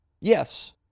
Yes